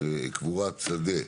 קבורת שדה,